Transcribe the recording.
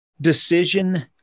decision